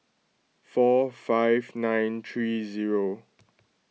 four five nine three zero